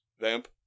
Vamp